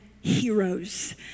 heroes